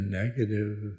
negative